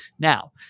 Now